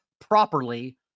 Properly